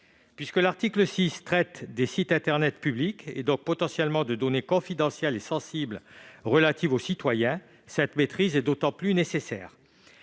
Puisque l'article 6 traite des sites internet publics et donc de données potentiellement confidentielles et sensibles relatives aux citoyens, cette maîtrise y est d'autant plus nécessaire.